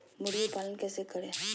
मुर्गी पालन कैसे करें?